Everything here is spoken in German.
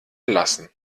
lassen